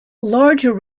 larger